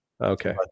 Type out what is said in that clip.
Okay